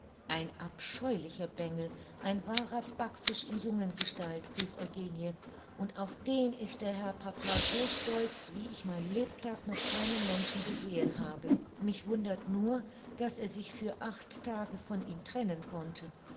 ein abscheulicher bengel ein wahrer backfisch in jungengestalt rief eugenie und auf den ist der herr papa so stolz wie ich mein lebtag noch keinen menschen gesehen habe mich wundert nur daß er sich für acht tage von ihm trennen konnte